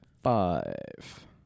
Five